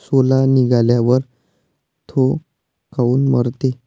सोला निघाल्यावर थो काऊन मरते?